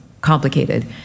complicated